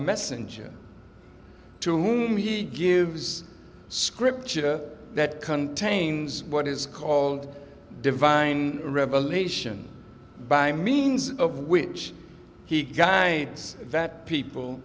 messenger to me he gives scripture that contains what is called divine revelation by means of which he guy that people